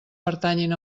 pertanyin